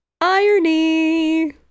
Irony